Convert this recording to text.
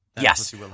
Yes